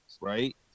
right